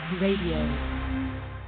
Radio